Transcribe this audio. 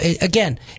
again